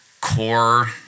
core